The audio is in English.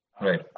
Right